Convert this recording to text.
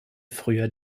früher